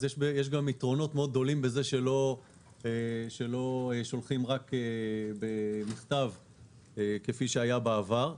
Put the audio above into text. יש יתרונות מאוד גדולים שלא שולחים רק במכתב כפי שהיה בעבר.